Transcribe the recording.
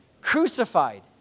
Crucified